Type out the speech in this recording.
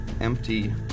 empty